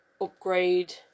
upgrade